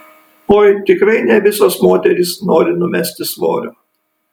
oi tikrai ne visos moterys nori numesti svorio